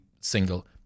single